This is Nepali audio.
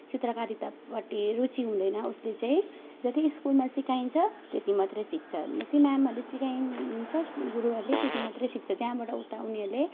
चित्रकारितापट्टि रुचि हुँदैन उसले चाहिँ जति स्कुलमा सिकाइन्छ त्यति मात्रै सिक्छ जति म्यामहरूले सिकाइन्छ गुरुहरूले त्यति मात्रै सिक्छ त्यहाँबाट उता उनीहरूले